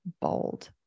bold